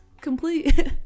complete